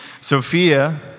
Sophia